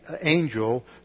angel